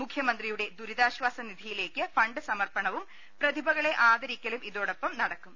മുഖ്യമന്ത്രിയുടെ ദുരിതാശ്ചാസ നിധിയിലേക്ക് ഫണ്ട് സമർപ്പണവും പ്രതിഭകളെ ആദരിക്കലും ഇതോടൊപ്പം നടക്കും